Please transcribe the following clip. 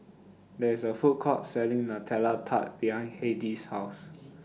There IS A Food Court Selling Nutella Tart behind Hedy's House